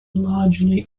largely